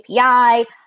API